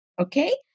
okay